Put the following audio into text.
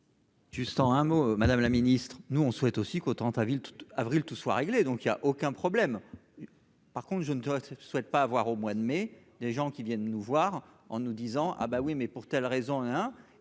Juste en un mot, Madame la Ministre, nous on souhaite aussi qu'au 30 avril toute avril tout soit réglé, donc il y a aucun problème, par contre, je ne te souhaite pas avoir au mois de mai, des gens qui viennent nous voir en nous disant : ah bah oui, mais pour telle raison, hein,